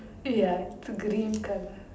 ya green colour